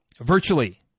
virtually